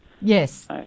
Yes